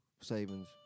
savings